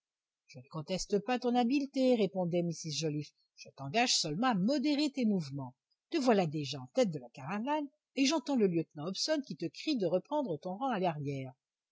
je ne conteste pas ton habileté répondait mrs joliffe je t'engage seulement à modérer tes mouvements te voilà déjà en tête de la caravane et j'entends le lieutenant hobson qui te crie de reprendre ton rang à l'arrière